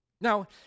Now